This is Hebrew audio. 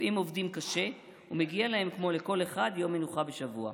רופאים עובדים קשה ומגיע להם כמו לכל אחד יום מנוחה בשבוע,